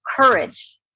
courage